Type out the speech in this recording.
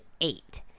eight